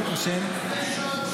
ברוך השם --- מיכאל,